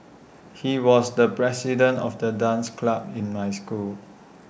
he was the president of the dance club in my school